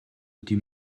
die